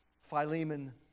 Philemon